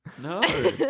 No